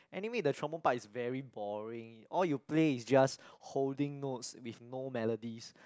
anyway the trombone part is very boring all you play is just holding notes with no melodies